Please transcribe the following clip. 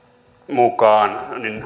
mukaan